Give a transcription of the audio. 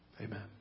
Amen